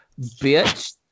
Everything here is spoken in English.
bitch